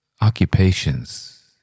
occupations